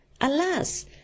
alas